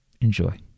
Enjoy